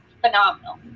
phenomenal